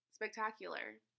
Spectacular